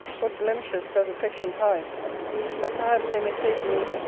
what blemishes dies affection hide but perhaps they may say to me,